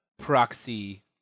Proxy